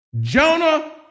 Jonah